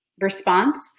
response